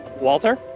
Walter